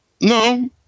no